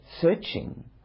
searching